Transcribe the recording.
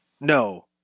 no